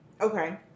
Okay